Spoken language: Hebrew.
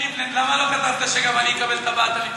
3949, 3989, 3990, 3993, 3996, 4002 ו-3951.